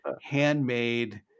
handmade